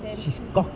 then